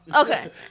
Okay